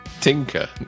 Tinker